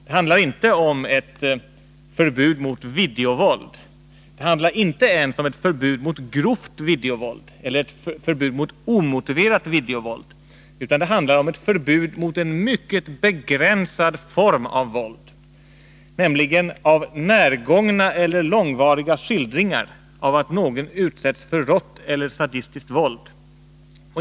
Det handlar inte om ett förbud mot videovåld. Det handlar inte ens om ett förbud mot grovt videovåld eller mot omotiverat videovåld. Det handlar om förbud mot en mycket begränsad form av våld, nämligen närgångna eller långvariga skildringar av att någon utsätts för rått eller sadistiskt våld.